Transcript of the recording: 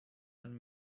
and